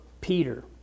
Peter